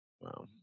Wow